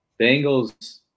Bengals